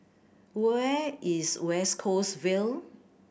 where is West Coast Vale